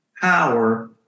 power